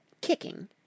kicking